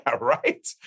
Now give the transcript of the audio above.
right